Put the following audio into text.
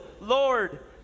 Lord